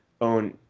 own